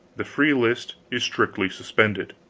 the free list is strict ly suspended.